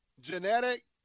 genetic